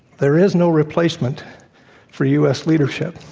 there is no replacement for u. s. leadership.